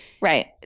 Right